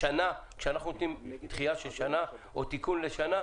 כשאנחנו נותנים דחייה של שנה או תיקון לשנה,